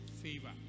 favor